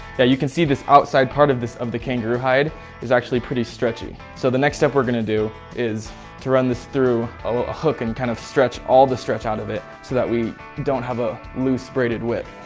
you can see this outside part of this of the kangaroo hide is actually pretty stretchy. so the next step we're going to do is to run this through a hook, and kind of stretch all the stretch out of it so that we don't have a loose braided whip.